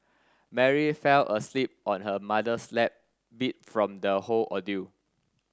Mary fell asleep on her mother's lap beat from the whole ordeal